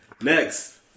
Next